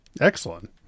Excellent